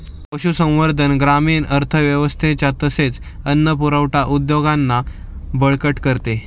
पशुसंवर्धन ग्रामीण अर्थव्यवस्थेच्या तसेच अन्न पुरवठा उद्योगांना बळकट करते